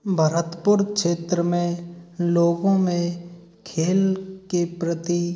भरतपुर क्षेत्र में लोगों में खेल के प्रति